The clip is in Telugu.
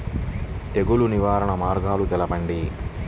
తెగులు నివారణ మార్గాలు తెలపండి?